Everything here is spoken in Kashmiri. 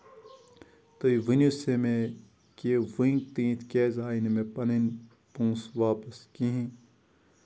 تُہۍ ؤنِو سہ مےٚ کہِ ؤنیُک تام کیازِ آیہِ نہٕ مےٚ پَنٕنۍ پونسہٕ واپَس کِہیٖںۍ